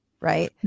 right